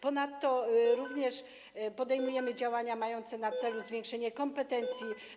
Ponadto podejmujemy działania mające na celu zwiększenie kompetencji.